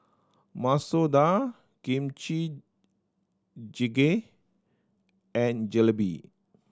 Masoor Dal Kimchi Jjigae and Jalebi